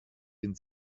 den